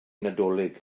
nadolig